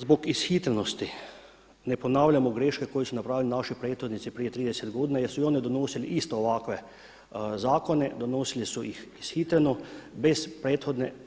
zbog ishitrenosti ne ponavljamo greške koje su napravili naši prethodnici prije 30 godina jer su i oni donosili isto ovakve zakone, donosili su ih ishitreno